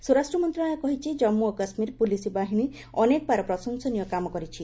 ସ୍ୱରାଷ୍ଟ୍ର ମନ୍ତ୍ରଶାଳୟ କହିଛି ଜାମ୍ମୁ ଓ କାଶ୍କୀର ପୁଲିସ୍ ବାହିନୀ ଅନେକବାର ପ୍ରଶଂସନୀୟ କାମ କରିଛି